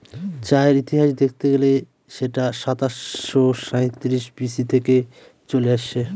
চায়ের ইতিহাস দেখতে গেলে সেটা সাতাশো সাঁইত্রিশ বি.সি থেকে চলে আসছে